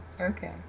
Okay